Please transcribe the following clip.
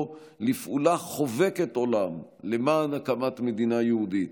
לפעולה חובקת עולם למען הקמת מדינה יהודית.